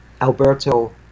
Alberto